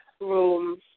room